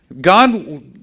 God